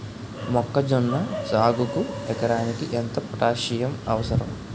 మొక్కజొన్న సాగుకు ఎకరానికి ఎంత పోటాస్సియం అవసరం?